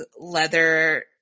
leather